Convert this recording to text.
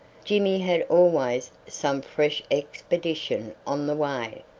jimmy had always some fresh expedition on the way,